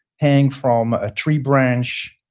hang from a tree branch.